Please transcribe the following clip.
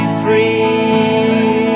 free